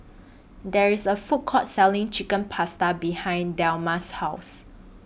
There IS A Food Court Selling Chicken Pasta behind Delmas' House